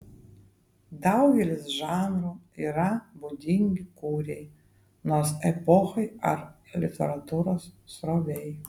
daugelis žanrų yra būdingi kuriai nors epochai ar literatūros srovei